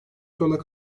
zorunda